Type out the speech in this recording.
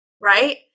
right